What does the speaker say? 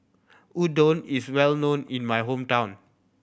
udon is well known in my hometown